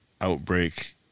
outbreak